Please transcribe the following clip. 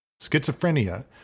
Schizophrenia